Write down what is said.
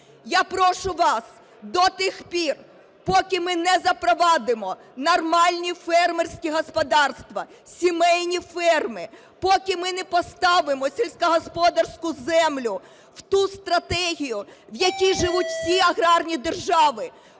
Я прошу вас до тих пір, поки ми не запровадимо нормальні фермерські господарства, сімейні ферми, поки ми не поставимо сільськогосподарську землю в ту стратегію, в якій живуть всі аграрні держави,